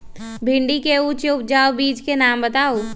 भिंडी के उच्च उपजाऊ बीज के नाम बताऊ?